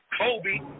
Kobe